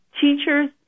teachers